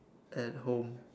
at home